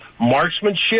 marksmanship